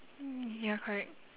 ya correct